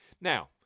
Now